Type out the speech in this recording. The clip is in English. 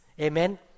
Amen